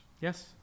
Yes